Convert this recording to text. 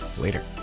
later